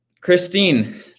Christine